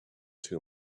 too